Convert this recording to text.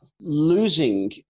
losing